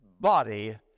body